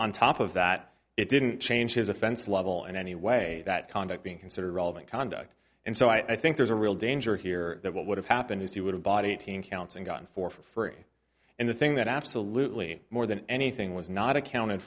on top of that it didn't change his offense level in any way that conduct being considered relevant conduct and so i think there's a real danger here that what would have happened is he would have bought eighteen counts and gotten for free and the thing that absolutely more than anything was not accounted